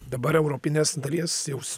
dabar europinės dalies jau